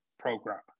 program